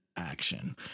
Action